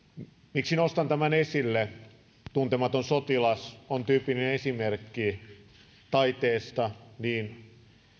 miksi nostan tämän esille tuntematon sotilas on tyypillinen esimerkki taiteesta niin